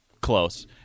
close